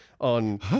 on